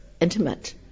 intimate